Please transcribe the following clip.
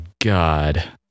God